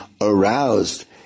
aroused